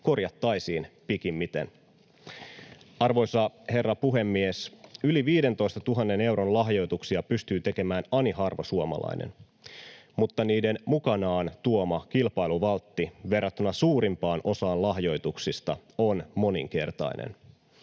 korjattaisiin pikimmiten. Arvoisa herra puhemies! Yli 15 000 euron lahjoituksia pystyy tekemään ani harva suomalainen, mutta niiden mukanaan tuoma kilpailuvaltti verrattuna suurimpaan osaan lahjoituksista on moninkertainen.